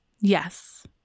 Yes